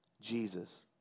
Jesus